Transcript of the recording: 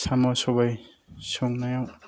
साम' सबाय संनायाव